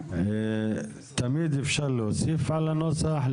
תמיד אפשר להוסיף על הנוסח,